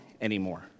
anymore